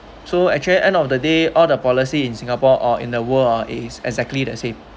so actually end of the day all the policy in singapore or in the world ah is exactly the same